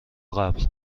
قبل